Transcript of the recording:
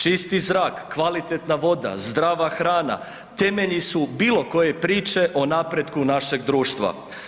Čisti zrak, kvalitetna voda, zdrava hrana temeljni su bilo koje priče o napretku našeg društva.